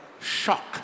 shock